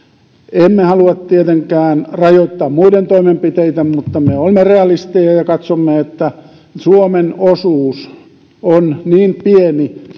emme halua tietenkään rajoittaa muiden toimenpiteitä mutta me olemme realisteja ja katsomme että suomen osuus on niin pieni